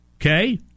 okay